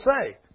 say